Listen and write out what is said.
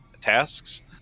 tasks